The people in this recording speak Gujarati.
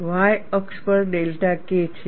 y અક્ષ પર ડેલ્ટા K છે